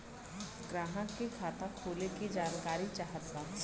ग्राहक के खाता खोले के जानकारी चाहत बा?